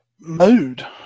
Mood